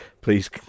please